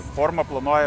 forma planuoju